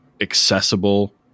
accessible